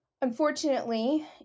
Unfortunately